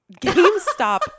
GameStop